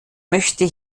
möchte